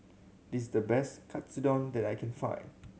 this the best Katsudon that I can find